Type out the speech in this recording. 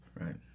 Right